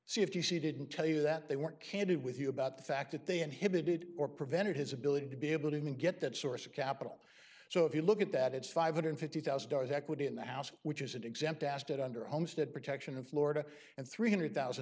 see if you see didn't tell you that they weren't candid with you about the fact that they inhibited or prevented his ability to be able to even get that source of capital so if you look at that it's five hundred and fifty thousand dollars equity in the house which is exempt asked that under almost that protection of florida and three hundred thousand